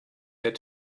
their